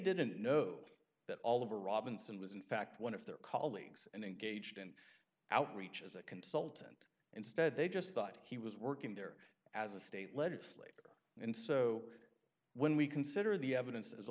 didn't know that all of a robinson was in fact one of their colleagues and engaged in outreach as a consultant instead they just thought he was working there as a state legislator and so when we consider the evidence as a